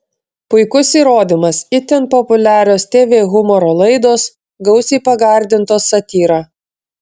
puikus įrodymas itin populiarios tv humoro laidos gausiai pagardintos satyra